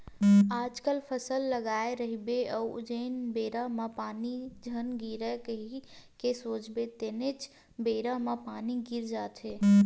आजकल फसल लगाए रहिबे अउ जेन बेरा म पानी झन गिरय कही के सोचबे तेनेच बेरा म पानी गिर जाथे